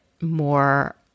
more